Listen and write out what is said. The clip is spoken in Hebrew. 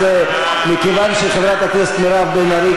אז מכיוון שחברת הכנסת מירב בן ארי,